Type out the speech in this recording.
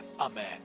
Amen